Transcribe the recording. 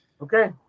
Okay